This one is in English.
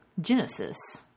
Genesis